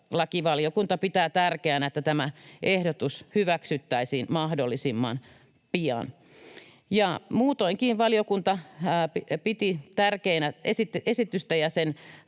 lakivaliokunta pitää tärkeänä, että tämä ehdotus hyväksyttäisiin mahdollisimman pian. Muutoinkin valiokunta piti tärkeänä esitystä ja sen